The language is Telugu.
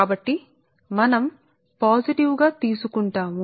కాబట్టి మనం పాజిటివ్ 1 ను తీసుకుంటాము